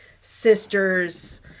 sisters